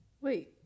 Wait